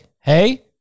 Hey